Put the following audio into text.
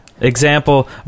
Example